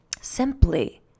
simply